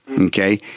Okay